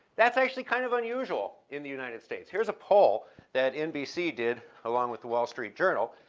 that's actually kind of unusual in the united states. here's a poll that nbc did, along with the wall street journal.